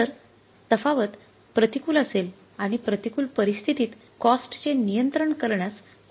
जर तफावत प्रतिकूल असेल आणि प्रतिकूल परिस्थितीत कॉस्ट चे नियंत्रण करण्यास कोणी योगदान दिले असेल